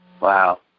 Wow